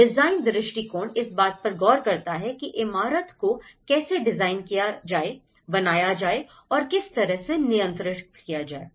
design दृष्टिकोण इस बात पर गौर करता है की इमारत को कैसे डिजाइन किया जाए बनाया जाए और किस तरह से नियंत्रित किया जाए